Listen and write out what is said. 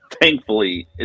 Thankfully